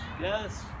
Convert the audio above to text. Yes